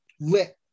lit